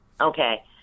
Okay